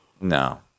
No